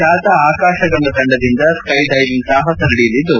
ಬ್ಚಾತ ಆಕಾಶಗಂಗಾ ತಂಡದಿಂದ sky diving ಸಾಹಸ ನಡೆಯಲಿದ್ದು